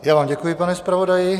Já vám děkuji, pane zpravodaji.